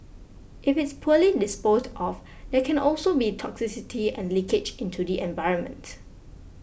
if it's poorly disposed of there can also be toxicity and leakage into the environment